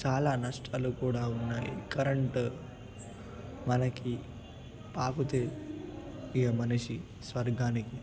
చాలా నష్టాలు కూడా ఉన్నాయి కరెంటు మనకి పాకుతే ఇగ మనిషి స్వర్గానికి